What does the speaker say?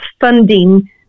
funding